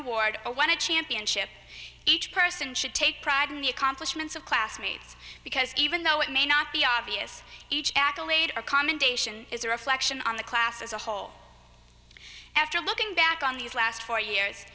award or won a championship each person should take pride in the accomplishments of classmates because even though it may not be obvious each accolade or commendation is a reflection on the class as a whole after looking back on these last four years